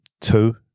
two